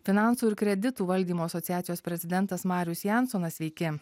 finansų ir kreditų valdymo asociacijos prezidentas marius jansonas sveiki